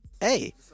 Hey